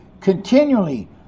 continually